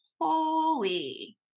holy